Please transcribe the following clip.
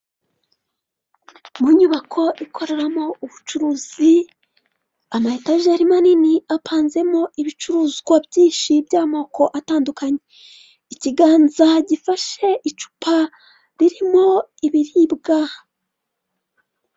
Mu nyubako ikoreramo ubucuruzi ama etaje yari manini apanzemo ibicuruzwa byinshi by'amoko atandukanye ikiganza gifashe icupa ririmo ibiribwa.